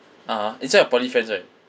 (uh huh) this one your poly friends right